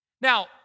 Now